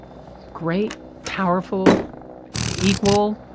great, powerful equal,